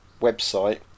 website